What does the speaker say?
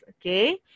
Okay